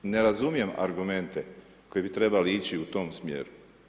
Ne razumijem argumente koji bi trebali ići u tom smjeru.